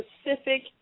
specific